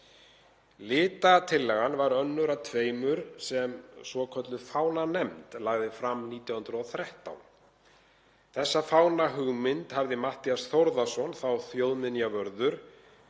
Litatillagan var önnur af tveimur sem svokölluð fánanefnd lagði fram 1913. Þessa fánahugmynd hafði Matthías Þórðarson, þá þjóðminjavörður,